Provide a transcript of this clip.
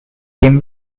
team